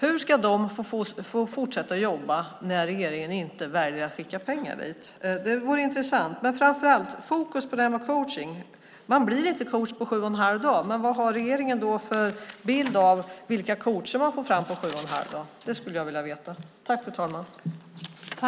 Hur ska de få fortsätta jobba när regeringen inte väljer att skicka pengar dit? Det vore intressant att få veta. Men framför allt ska fokus ligga på det här med coachning. Man blir inte coach på sju och en halv dag, men vad har regeringen då för bild av vilka coacher man får fram på sju och en halv dag? Det skulle jag vilja veta.